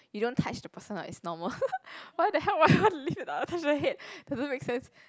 you don't touch the person lah it's normal why the hell would I want to lift it up and touch the head doesn't make sense